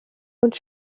ond